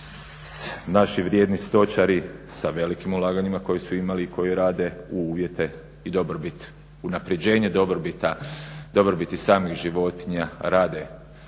naši vrijedni stočari sa velikim ulaganjima koje su imali i koji rade u uvjete i dobrobit, unapređenje dobrobiti samih životinja rade